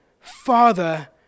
Father